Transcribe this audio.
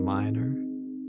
minor